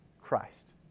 Christ